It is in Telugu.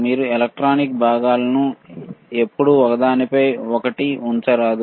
మీ ఎలక్ట్రానిక్ భాగాలను ఎప్పుడూ ఒకదానిపై ఒకటి ఉంచవద్దు